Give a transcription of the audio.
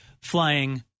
flying